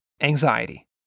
Anxiety